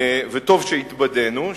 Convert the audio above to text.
וטוב שהתבדינו,